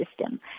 system